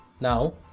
Now